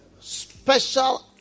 special